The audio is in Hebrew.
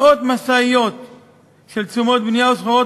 מאות משאיות של תשומות בנייה וסחורות